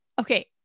okay